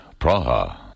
Praha